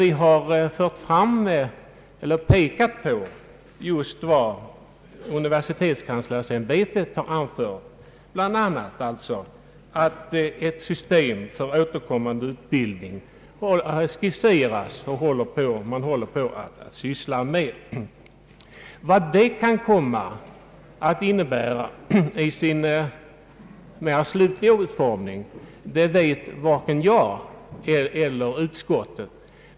Vi har där pekat på vad universitetskanslersämbetet har anfört, bl.a. att ett system för återkommande utbildning har skisserats av U 68 och att man håller på att utarbeta det. Vad det kan komma att innebära i sin mera slutliga utformning vet varken jag eller utskottet.